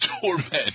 Torment